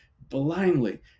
blindly